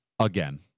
again